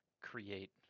create